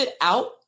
out